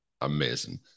amazing